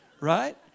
right